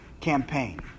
campaign